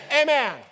Amen